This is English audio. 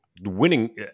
winning